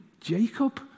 Jacob